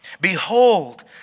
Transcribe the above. Behold